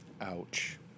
Ouch